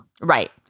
Right